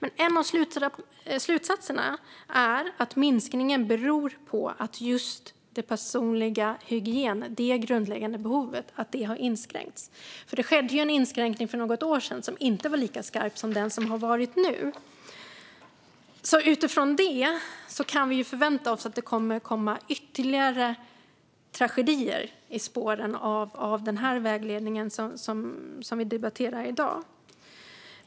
En av slutsatserna är att detta beror på att just det grundläggande behovet med den personliga hygienen har inskränkts. Det skedde ju en inskränkning för något år sedan som inte var lika skarp som den som har skett nu. Utifrån det kan vi förvänta oss att det kommer att komma ytterligare tragedier i spåren av den här vägledningen som vi debatterar i dag.